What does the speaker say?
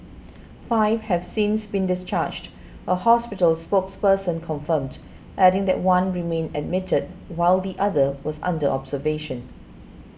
five have since been discharged a hospital spokesperson confirmed adding that one remained admitted while the other was under observation